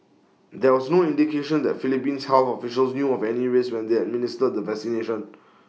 there was no indication that Philippines health officials knew of any risks when they administered the vaccination